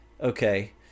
okay